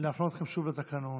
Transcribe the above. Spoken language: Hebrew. להפנות אתכם שוב לתקנון